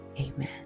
Amen